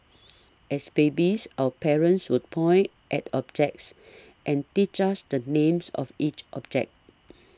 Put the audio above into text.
as babies our parents would point at objects and teach us the names of each object